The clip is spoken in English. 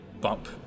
bump